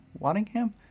Waddingham